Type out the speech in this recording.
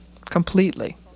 Completely